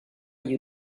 you